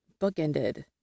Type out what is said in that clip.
bookended